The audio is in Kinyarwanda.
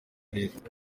leta